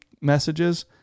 messages